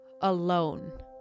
alone